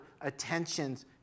attentions